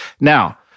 Now